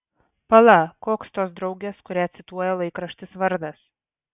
pala koks tos draugės kurią cituoja laikraštis vardas